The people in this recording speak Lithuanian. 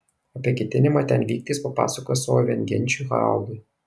apie ketinimą ten vykti jis papasakojo savo viengenčiui haraldui